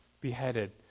beheaded